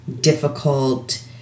difficult